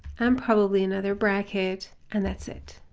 and probably another bracket, and that's it.